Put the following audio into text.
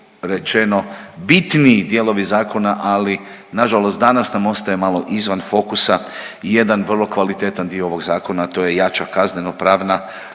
rečeno bitniji dijelovi zakona, ali nažalost danas nam ostaje malo izvan fokusa jedan vrlo kvalitetan dio ovog zakona, a to jača kazneno-pravna